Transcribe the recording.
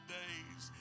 days